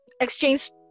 exchange